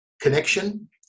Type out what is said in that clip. connection